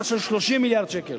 אלא של 30 מיליארד שקל